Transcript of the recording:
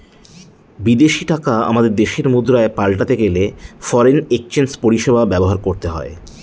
বিদেশী টাকা আমাদের দেশের মুদ্রায় পাল্টাতে গেলে ফরেন এক্সচেঞ্জ পরিষেবা ব্যবহার করতে হয়